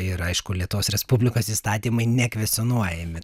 ir aišku lietuvos respublikos įstatymai nekvestionuojami